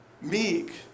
Meek